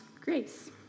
grace